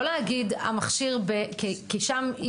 לא להגיד מה המכשיר כי שם,